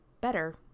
better